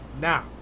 Now